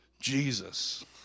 Jesus